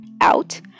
out